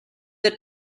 the